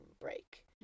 break